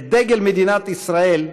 את דגל מדינת ישראל,